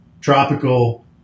tropical